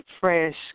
fresh